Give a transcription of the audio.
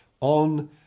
on